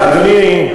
אדוני,